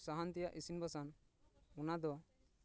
ᱥᱟᱦᱟᱱ ᱛᱮᱭᱟᱜ ᱤᱥᱤᱱ ᱵᱟᱥᱟᱝ ᱚᱱᱟ ᱫᱚ